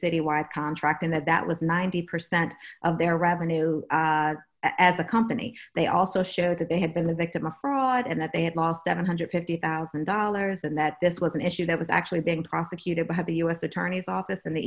citywide contract and that that was ninety percent of their revenue at the company they also show that they had been the victim of fraud and that they had lost seven hundred and fifty thousand dollars and that this was an issue that was actually being prosecuted by the u s attorney's office in the